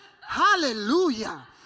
hallelujah